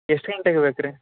ಎಷ್ಟು ಗಂಟೆಗೆ ಬೇಕು ರೀ